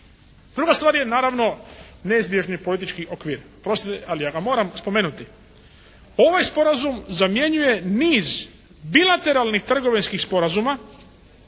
Druga stvar je naravno neizbježni politički okvir. Oprostite ali ja ga moram spomenuti. Ovaj sporazum zamjenjuje niz bilateralnih trgovinskih sporazuma